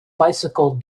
bicycle